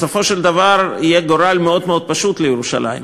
בסופו של דבר יהיה גורל מאוד מאוד פשוט לירושלים,